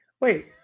Wait